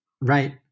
Right